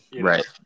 Right